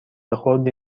خردی